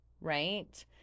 right